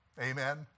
amen